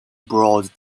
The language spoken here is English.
broad